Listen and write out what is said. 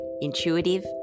Intuitive